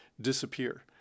disappear